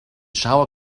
shower